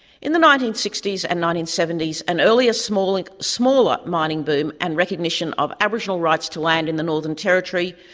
in the nineteen sixty s and nineteen seventy s, an earlier, smaller like smaller mining boom and recognition of aboriginal rights to land in the northern territory,